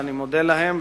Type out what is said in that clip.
ואני מודה להם,